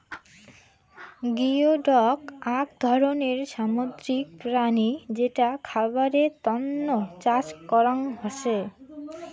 geoduck আক ধরণের সামুদ্রিক প্রাণী যেটা খাবারের তন্ন চাষ করং হসে